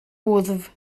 wddf